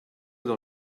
dans